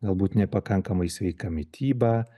galbūt nepakankamai sveika mityba